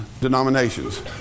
denominations